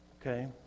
Okay